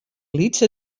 lytse